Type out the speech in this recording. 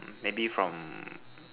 maybe from